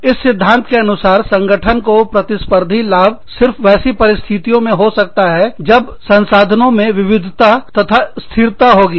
इस सिद्धांत के अनुसार संगठन को प्रतिस्पर्धी लाभ सिर्फ वैसी परिस्थितियों में हो सकता है जब संसाधनों में विविधता तथा स्थिरता होगी